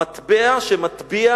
המטבע שמטביע